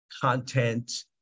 content